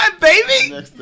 baby